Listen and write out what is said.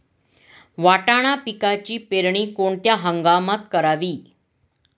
वाटाणा पिकाची पेरणी कोणत्या हंगामात करावी?